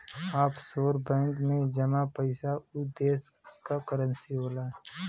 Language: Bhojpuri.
ऑफशोर बैंक में जमा पइसा उ देश क करेंसी होला